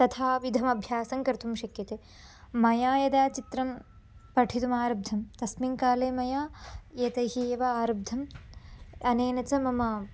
तथाविधम् अभ्यासं कर्तुं शक्यते मया यदा चित्रं पठितुम् आरब्धं तस्मिन् काले मया एतैः एव आरब्धम् अनेन च मम